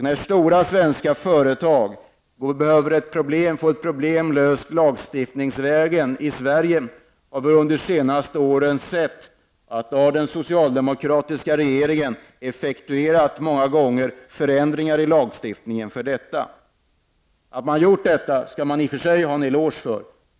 När stora svenska företag behöver få ett problem löst lagstiftningsvägen i Sverige har vi under de senaste åren sett att den socialdemokratiska regeringen ofta har effektuerat ändringar i lagen. Att man har gjort detta skall man i och för sig ha en eloge för.